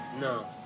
No